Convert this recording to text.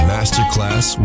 Masterclass